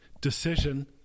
decision